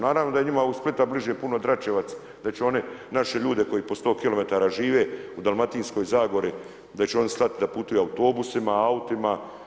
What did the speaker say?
Naravno da je njima u Splita bliže puno Dračevac da će oni naše ljude koji po sto kilometara žive u Dalmatinskoj zagori, da će oni slati da putuju autobusima, autima.